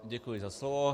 Děkuji za slovo.